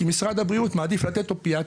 כי משרד הבריאות, מעדיף לתת אופיאטים,